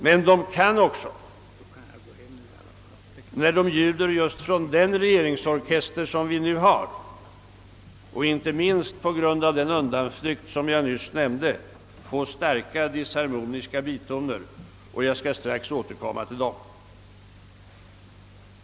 Men de kan också, när de ljuder just från den regeringsorkester som vi nu har och inte minst på grund av den undanflykt som jag nyss nämnde, få starka disharmoniska bitoner. Jag skall strax återkomma till dem.